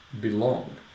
belong